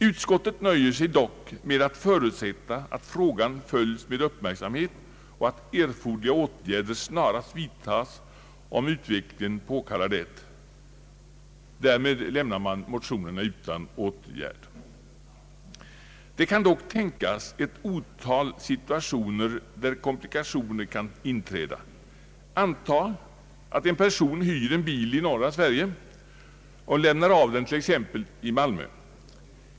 Utskottet nöjer sig dock med att förutsätta att frågan följs med uppmärksamhet och att erforderliga åtgärder snarast vidtas om utvecklingen påkallar det. Därmed lämnar man motionerna utan åtgärd. Det kan tänkas ett otal si tuationer där komplikationer kan inträda. Antag att en person hyr en bil i norra Sverige och lämnar av den t.ex. i Malmö.